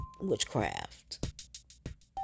witchcraft